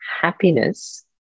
happiness